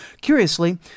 Curiously